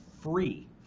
free